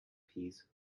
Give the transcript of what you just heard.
piece